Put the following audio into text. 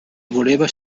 voleva